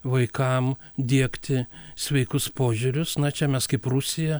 vaikam diegti sveikus požiūrius na čia mes kaip rusija